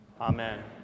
Amen